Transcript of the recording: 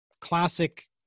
classic